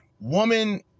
Woman